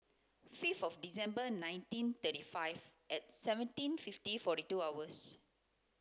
fifith December nineteen thirty five at seventeen fifty forty two hours